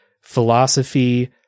philosophy